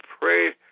pray